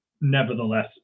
nevertheless